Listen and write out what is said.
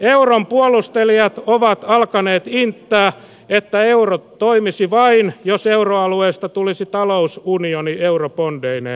euron puolustelijat ovat alkaneet inttää että euro toimisi vain jos euroalueesta tulisi talousunioni eurobondeineen